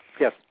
Yes